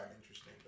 interesting